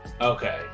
okay